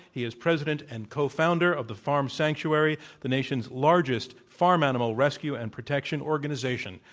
he is president and co founder of the farm sanctuary, the nation's largest farm animal rescue and protection organization.